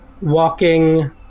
walking